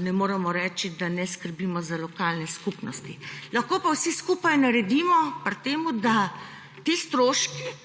ne moremo reči, da ne skrbimo za lokalne skupnosti. Lahko pa vsi skupaj naredimo pri tem to, da ti stroški